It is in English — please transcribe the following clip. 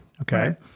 Okay